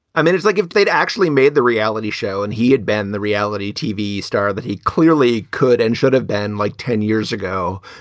i mean, it's like if they'd actually made the reality show and he had been the reality tv star, that he clearly could and should have been like ten years ago.